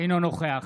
אינו נוכח